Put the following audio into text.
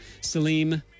salim